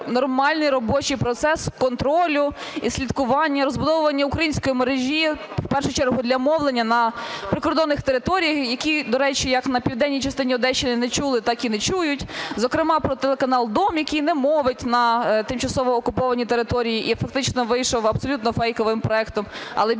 нормальний робочий процес контролю і слідкування, розбудовування української мережі, в першу чергу для мовлення на прикордонних територіях, які, до речі, як на південній частині Одещини не чули, так і не чують. Зокрема, про телеканал "Дом", який не мовить на тимчасово окупованій території і фактично вийшов абсолютно фейковим проектом.